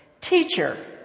Teacher